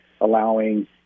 allowing